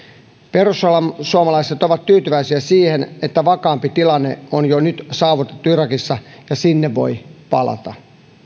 perussuomalaiset ovat tyytyväisiä siihen että vakaampi tilanne on jo nyt saavutettu irakissa ja sinne voi palata